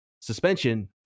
suspension